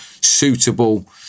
suitable